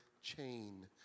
chain